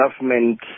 government